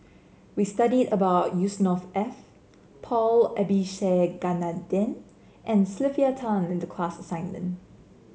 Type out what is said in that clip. we studied about Yusnor Ef Paul Abisheganaden and Sylvia Tan in the class assignment